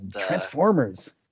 Transformers